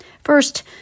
First